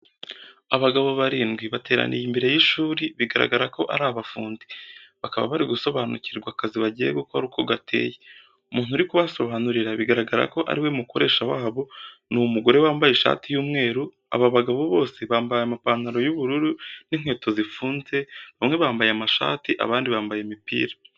Abagabo barindwi bateraniye imbere y'ishuri bigaragara ko ari abafundi, bakaba bari gusobanurirwa akazi bagiye gukora uko gateye, umuntu uri kubasobanurura bigaragara ko ari we mukoresha wabo, ni umugore wambaye ishati y'umweru, aba bagabo bose bambaye amapantaro y'ubururu n'inkweto zifunze, bamwe bambaye amashati, abandi bambaye imipira.